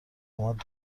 اومد